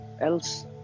else